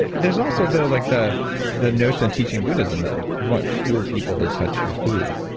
there's also though like the the notion of teaching buddhism that you want fewer people to touch your food,